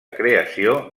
creació